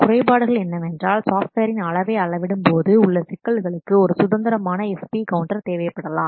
ஆனால் குறைபாடுகள் என்னவென்றால் சாஃப்ட்வேரின் அளவை அளவிடும்போது உள்ள சிக்கல்களுக்கு ஒரு சுதந்திரமான FP கவுண்டர் தேவைப்படலாம்